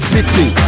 City